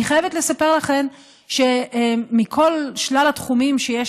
אני חייבת לספר לכם שמכל שלל התחומים שיש